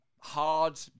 hard